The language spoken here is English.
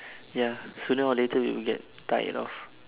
ya sooner or later we would get tired of